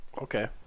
Okay